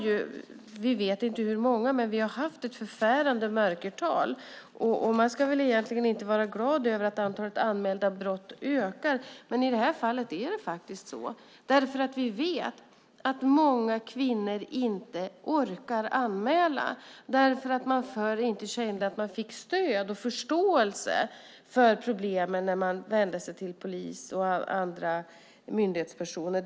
Vi vet inte hur många det har varit. Vi har haft ett förfärande mörkertal. Man ska väl egentligen inte vara glad över att antalet anmälda brott ökar, men i det här fallet är det faktiskt så. Vi vet att många kvinnor inte orkade anmäla därför att man förr inte kände att man fick stöd och förståelse för problemen när man vände sig till polis och till andra myndighetspersoner.